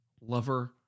lover